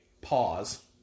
Pause